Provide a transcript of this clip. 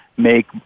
make